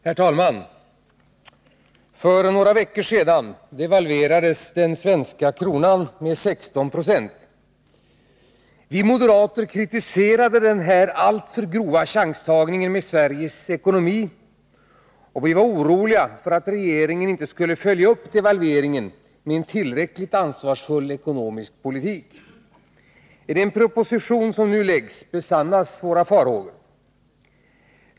Herr talman! För några veckor sedan devalverades den svenska kronan med 16 20. Vi moderater kritiserade denna alltför grova chanstagning med Sveriges ekonomi, och vi var oroliga för att regeringen inte skulle följa upp devalveringen med en tillräckligt ansvarsfull ekonomisk politik. | I den proposition som nu läggs fram besannas våra farhågor.